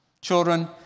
Children